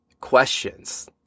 questions